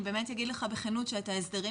אני באמת אגיד לך בכנות שאת ההסדרים